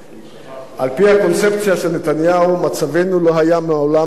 על-פי הקונספציה של נתניהו מצבנו לא היה מעולם טוב יותר,